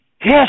Yes